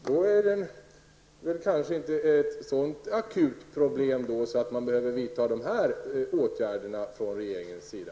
Då är det väl inte ett så akut problem att man behöver vidta dessa åtgärder från regeringens sida.